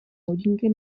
hodinky